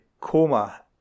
coma